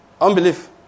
Unbelief